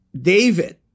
David